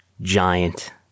giant